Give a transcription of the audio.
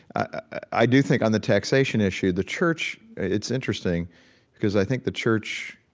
i do think on the taxation issue, the church it's interesting because i think the church,